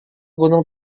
gunung